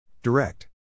Direct